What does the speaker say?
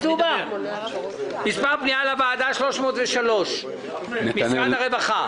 פנייה מס' 303 משרד הרווחה.